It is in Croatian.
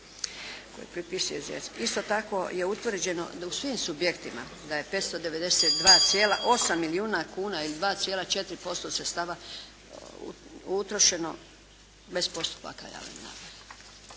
Isto tako je utvrđeno da u svim subjektima da je 592,8 milijuna kuna ili 2,4% sredstava utrošeno bez postupaka